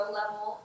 level